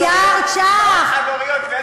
אימהות חד-הוריות באיזה סקטור?